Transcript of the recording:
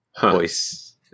voice